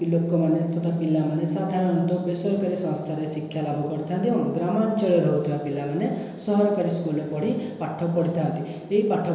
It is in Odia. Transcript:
ଲୋକମାନେ ସହିତ ପିଲାମାନେ ସାଧାରଣତଃ ବେସରକାରୀ ସଂସ୍ଥାରେ ଶିକ୍ଷାଲାଭ କରିଥାନ୍ତି ଏବଂ ଗ୍ରାମାଞ୍ଚଳରେ ରହୁଥିବା ପିଲାମାନେ ସରକାରୀ ସ୍କୁଲରେ ପଢ଼ି ପାଠ ପଢ଼ିଥାନ୍ତି ଏହି ପାଠ